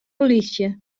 polysje